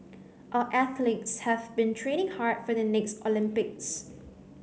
our athletes have been training hard for the next Olympics